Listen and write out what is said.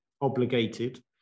obligated